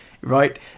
right